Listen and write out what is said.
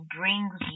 brings